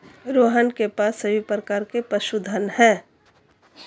रोहन के पास सभी प्रकार के पशुधन है